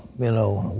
you know,